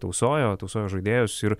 tausojo tausojo žaidėjus ir